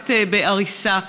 מוות בעריסה,